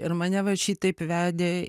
ir mane vat šitaip vedė